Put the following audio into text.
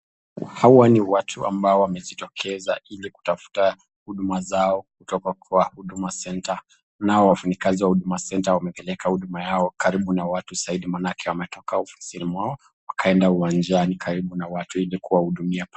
Hawa ni watu ambao wamejitokeza ili kutafuta huduma zao kutoka kwa Huduma Center. Nao wafanyakazi wa Huduma Center wamepeleka huduma yao karibu na watu zaidi maanake wametoka ofisini mwao wakaenda uwanjani karibu na watu ili kuwahudumia.